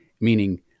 meaning